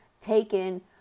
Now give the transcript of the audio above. taken